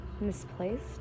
misplaced